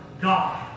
God